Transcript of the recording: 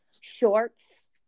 shorts